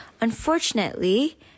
unfortunately